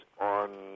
on